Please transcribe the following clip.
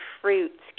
fruits